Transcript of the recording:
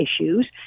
issues